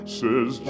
says